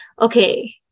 okay